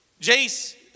Jace